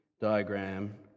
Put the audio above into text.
diagram